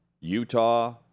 Utah